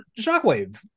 Shockwave